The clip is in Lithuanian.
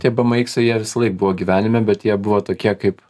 tie bm iksai jie visąlaik buvo gyvenime bet jie buvo tokie kaip